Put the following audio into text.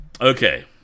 okay